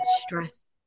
stress